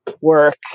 work